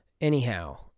Anyhow